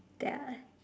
ya